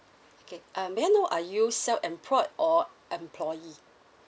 okay uh may I know are you self employed or employees